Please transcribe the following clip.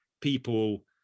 people